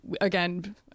again